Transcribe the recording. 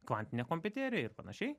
kvantinė kompiuterija ir panašiai